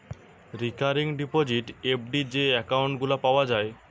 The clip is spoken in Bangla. রিকারিং ডিপোজিট, এফ.ডি যে একউন্ট গুলা পাওয়া যায়